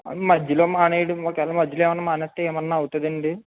మధ్యలో మానేయడం ఒకవేళ మధ్యలో ఏమైనా మానేస్తే ఏమైనా అవుతుంది అండి